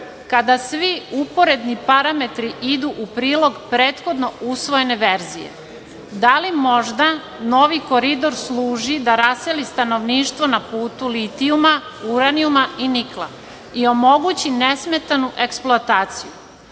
kada svi uporedni parametri idu u prilog prethodno usvojene verzije? Da li možda novi koridor služi da raseli stanovništvo na putu litijuma, uranijuma i nikla i omogući nesmetanu eksploataciju? Ako